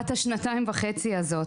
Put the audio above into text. בת השנתיים וחצי הזאת?